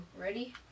Ready